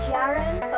Jaren